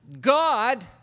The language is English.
God